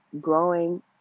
growing